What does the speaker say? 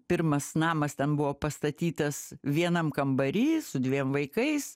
pirmas namas ten buvo pastatytas vienam kambary su dviem vaikais